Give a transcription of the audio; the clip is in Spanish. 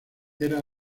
era